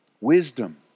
wisdom